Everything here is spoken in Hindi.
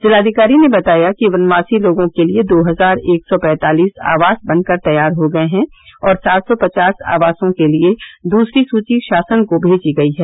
जिलाधिकारी ने बताया कि बनवासी लोगों के लिए दो हजार एक सौ पैंतालीस आवास बनकर तैयार हो गये हैं और सात सौ पचास आवासों के लिए दूसरी सूची शासन को भेजी गयी है